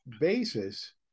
basis